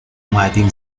اومدیم